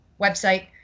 website